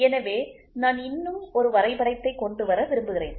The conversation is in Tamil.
எனவே நான் இன்னும் ஒரு வரைபடத்தைக் கொண்டுவர விரும்புகிறேன்